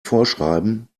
vorschreiben